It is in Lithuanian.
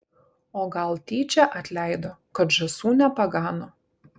o gal tyčia atleido kad žąsų nepagano